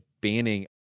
banning